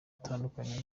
atandukanye